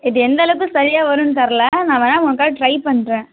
இது எந்த அளவுக்கு சரியாக வரும் தெரில நான் வேணுணா உனக்காக ட்ரை பண்ணுறேன்